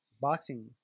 boxing